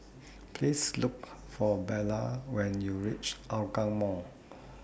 Please Look For Bella when YOU REACH Hougang Mall